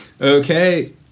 Okay